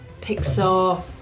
Pixar